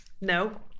No